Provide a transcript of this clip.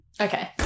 okay